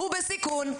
הוא בסיכון.